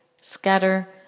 scatter